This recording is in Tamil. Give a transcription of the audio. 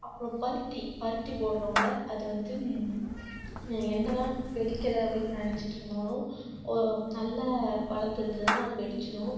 அப்புறம் பருத்தி பருத்தி போடுறோம்ல அது வந்து என்ன தான் வெடிக்கலை அப்படின்னு நினச்சிட்ருந்தாலும் நல்லா வளர்ந்துதுனா அது வெடிச்சிரும்